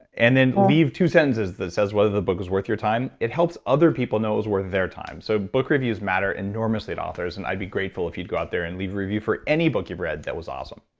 and then leave two sentences that says whether the book was worth your time, it helps other people know it's worth their time. so book reviews matter enormously to authors. and i'd be grateful if you'd go out there and leave a review for any book you've read that was awesome